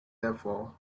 therefore